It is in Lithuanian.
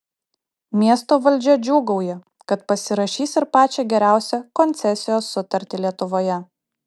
miesto valdžia džiūgauja kad pasirašys ir pačią geriausią koncesijos sutartį lietuvoje